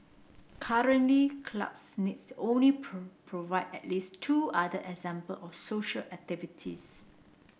currently clubs needs the only provide at least two other example of social activities